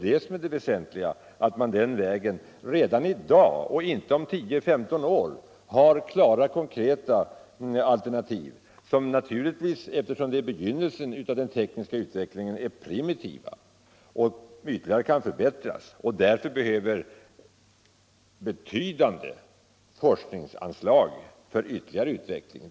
Det väsentliga är att man redan i dag och inte om 10-15 år har klara konkreta alternativ, som naturligtvis — eftersom den här tekniken är i sitt begynnelseskede — är primitiva och ytterligare kan förbättras och därför behöver betydande forskningsanslag för vidare utveckling.